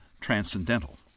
transcendental